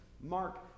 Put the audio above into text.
Mark